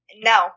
No